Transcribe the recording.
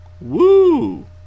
Woo